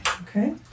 Okay